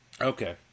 Okay